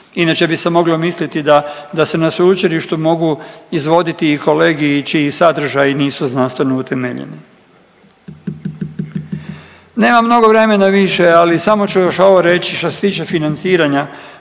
inače bi se moglo misliti da se na sveučilištu mogu izvoditi i kolegiji čiji sadržaji nisu znanstveno utemeljeni. Nemam mnogo vremena više, ali samo ću još ovo reći što se tiče financiranja.